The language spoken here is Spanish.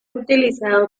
utilizado